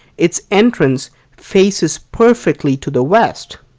its entrance faces perfectly to the west.